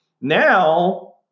now